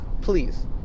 Please